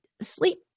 Sleep